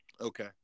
Okay